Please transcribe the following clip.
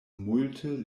multe